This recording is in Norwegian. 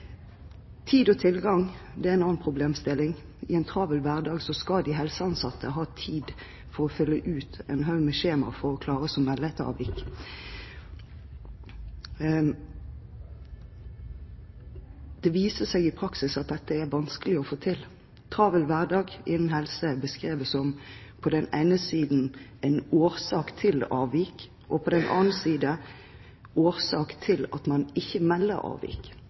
en annen problemstilling. I en travel hverdag skal de helseansatte ha tid til å fylle ut en haug med skjemaer for å klare å melde et avvik. Det viser seg i praksis at dette er vanskelig å få til. Travel hverdag innen helse er beskrevet på den ene siden som en årsak til avvik og på den annen side årsak til at man ikke melder fra om avvik.